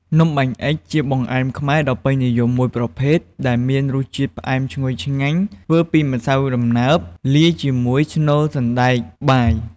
នំបាញ់អុិច គឺជាបង្អែមខ្មែរដ៏ពេញនិយមមួយប្រភេទ ដែលមានរសជាតិផ្អែមឈ្ងុយឆ្ងាញ់ ធ្វើពីម្សៅដំណើប លាយជាមួយស្នូលសណ្ដែកបាយ។